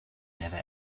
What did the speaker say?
never